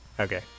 Okay